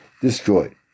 destroyed